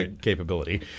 capability